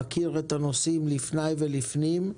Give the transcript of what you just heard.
הוא מכיר את הנושאים לפני ולפנים.